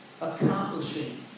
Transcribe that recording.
accomplishing